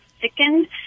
thickened